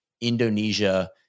indonesia